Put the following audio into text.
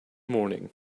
morning